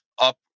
up